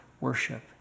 worship